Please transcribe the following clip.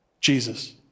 Jesus